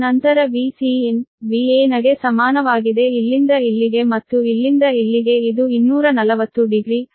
ನಂತರ Vcn Vanಗೆ ಸಮಾನವಾಗಿದೆ ಇಲ್ಲಿಂದ ಇಲ್ಲಿಗೆ ಮತ್ತು ಇಲ್ಲಿಂದ ಇಲ್ಲಿಗೆ ಇದು 240 ಡಿಗ್ರಿ ಆದರೆ ಹಿಂದುಳಿದಿದೆ